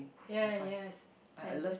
ya yes and